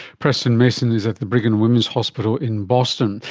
preston mason is at the brigham and women's hospital in boston.